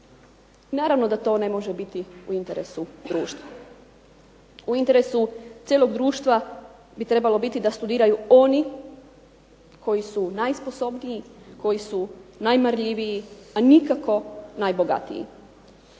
Naravno da to ne može biti u interesu društva. U interesu cijelog društva bi trebalo biti da studiraju oni koji su najsposobniji, koji su najmarljiviji, a nikako najbogatiji.